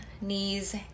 knees